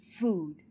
food